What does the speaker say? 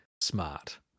smart